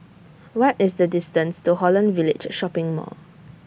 What IS The distance to Holland Village Shopping Mall